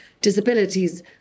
disabilities